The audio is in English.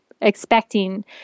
expecting